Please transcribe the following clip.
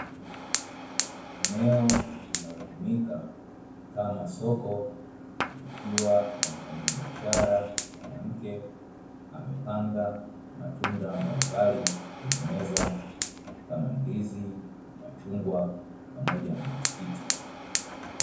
Eneo linalotumika kama soko ikiwa kuna mfanyabiashara amepanga matunda kwenye meza kama vile matikiti